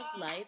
Life